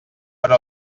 hora